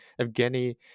Evgeny